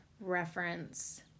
reference